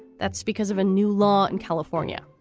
that's because of a new law in california.